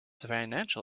financial